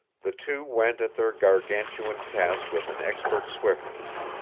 the two went at their gargantuan task with an expert swiftness.